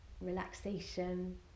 relaxation